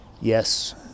yes